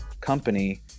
company